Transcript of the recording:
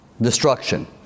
destruction